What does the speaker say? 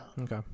Okay